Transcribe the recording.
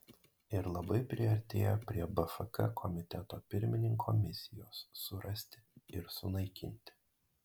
ir labai priartėjo prie bfk komiteto pirmininko misijos surasti ir sunaikinti